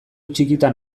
txikitan